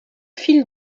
fil